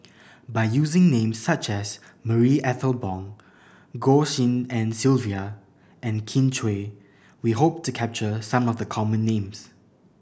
by using names such as Marie Ethel Bong Goh Tshin En Sylvia and Kin Chui we hope to capture some of the common names